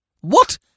What